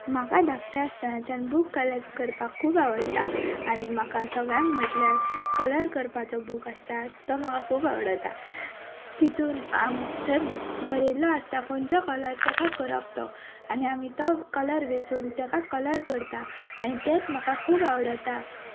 म्हाका धाकटें आस्तानाच्यान बूक कलॅक करपाक खूब आवट्टा आनी म्हाका सगळ्यांग म्हटल्यार कलर करपाचो बूक आसता तो म्हाका खूब आवडता तितून आम थंय बरयल्लें आसता खंयचो कलर तेका करप तो आनी आमी तो कलर वेंचून तेका कलर करता आनी तेंत म्हाका खूब आवडता